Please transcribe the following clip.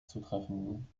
zutreffen